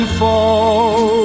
fall